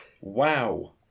Wow